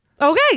okay